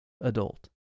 adult